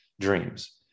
dreams